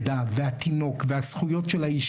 והינה את יוצאת.